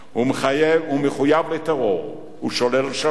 הוא מחויב לטרור, הוא שולל שלום.